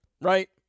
right